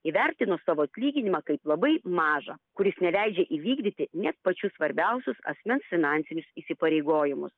įvertino savo atlyginimą kaip labai mažą kuris neleidžia įvykdyti net pačius svarbiausius asmens finansinius įsipareigojimus